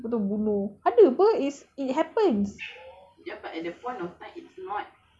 socked in the head then terus ambil lepas tu bunuh ada apa is it happens